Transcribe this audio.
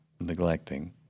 neglecting